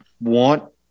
want